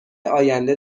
آینده